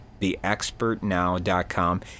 TheExpertNow.com